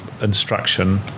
instruction